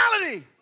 reality